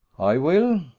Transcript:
i will,